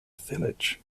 village